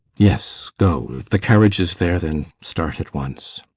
yes, go. if the carriage is there, then start at once.